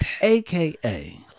aka